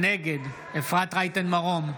נגד אפרת רייטן מרום,